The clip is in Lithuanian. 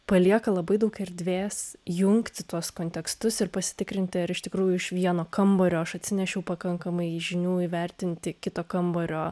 palieka labai daug erdvės jungti tuos kontekstus ir pasitikrinti ar iš tikrųjų iš vieno kambario aš atsinešiau pakankamai žinių įvertinti kito kambario